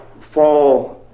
fall